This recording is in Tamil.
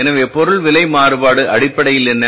எனவே பொருள் விலை மாறுபாடு அடிப்படையில் என்ன